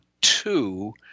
two